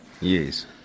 Yes